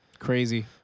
crazy